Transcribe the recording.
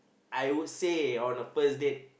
I would say on a first date